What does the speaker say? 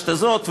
למורשת הזאת.